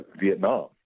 Vietnam